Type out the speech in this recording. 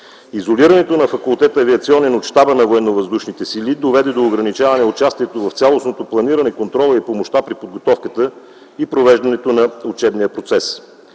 Изолирането на факултет „Авиационен” от Щаба на Военновъздушните сили доведе до ограничаване участието в цялостното планиране, контрола и помощта при подготовката и провеждането на учебния процес.